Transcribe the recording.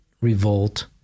revolt